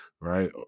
right